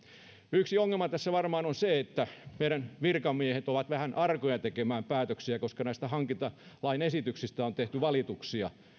yksi ongelma tässä varmaan on se että meidän virkamiehet ovat vähän arkoja tekemään päätöksiä koska näistä hankintalain esityksistä on tehty valituksia